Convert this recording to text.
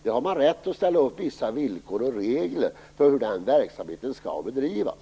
Man har rätt att ställa upp vissa villkor och regler för hur den verksamheten skall bedrivas.